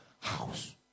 House